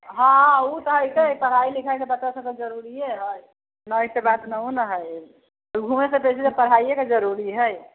हँ ओ तऽ हय से पढाइ लिखाइ के तऽ बच्चा सबके जरुरीये हय ने से तऽ बात न हय घुमै के पढाइये के जरुरी हय